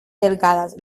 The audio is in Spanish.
delgadas